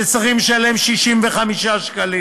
שצריכים לשלם 65 שקלים.